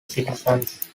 citizens